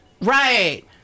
Right